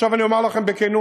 עכשיו, אני אומר לכם בכנות: